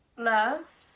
love?